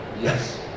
Yes